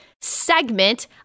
segment